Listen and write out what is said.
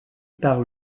par